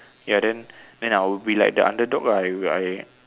ya then then I will be like the underdog lah I I